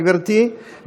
גברתי,